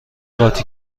قاطی